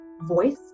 voice